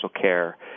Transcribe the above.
care